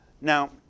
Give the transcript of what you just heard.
Now